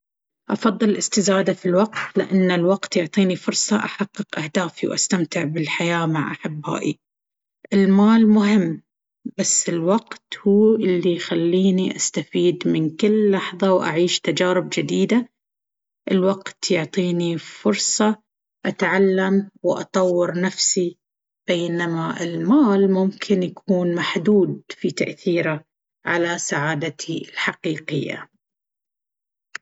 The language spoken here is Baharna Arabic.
أفضل الاستزادة في الوقت. لأن الوقت يعطيني فرصة أحقق أهدافي وأستمتع بالحياة مع أحبائي. المال مهم، بس الوقت هو اللي يخليني أستفيد من كل لحظة وأعيش تجارب جديدة. الوقت يعطيني فرصة أتعلم وأطور نفسي، بينما المال ممكن يكون محدود في تأثيره على سعادتي الحقيقية.